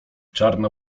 czarna